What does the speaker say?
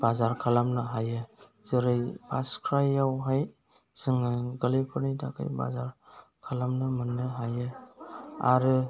बाजार खालामनो हायो जेरै फार्स क्राइयावहाय जोङो गोरलैफोनि थाखाय बाजार खालामनो मोननो हायो आरो